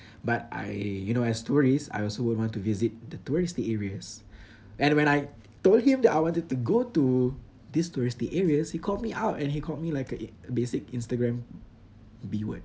but I you know as tourists I also would want to visit the touristy areas and when I told him that I wanted to go to these touristy areas he called me out and he called me like a basic Instagram B word